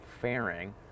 fairing